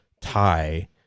tie